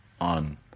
on